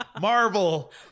Marvel